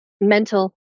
mental